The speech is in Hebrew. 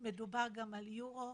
מדובר גם על יורו.